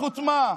בזכות מה?